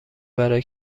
برای